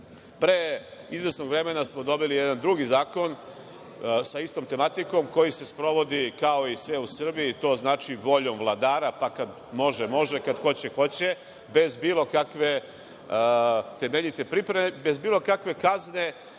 izvesnog vremena smo dobili jedan drugi zakon sa istom tematikom koji se sprovodi kao i sve u Srbiji, to znači voljom vladara, pa kad može – može, kad hoće – hoće, bez bilo kakve temeljite pripreme, bez bilo kakve kazne